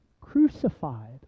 crucified